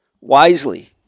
wisely